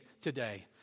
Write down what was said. today